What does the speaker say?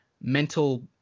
mental